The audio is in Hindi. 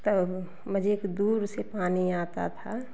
तो हमें मजे के डीव से पानी आता था